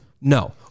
no